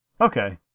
Okay